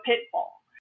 pitfall